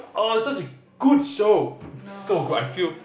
oh it's such a good show so good I feel